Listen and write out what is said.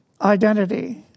identity